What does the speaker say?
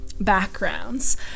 backgrounds